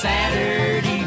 Saturday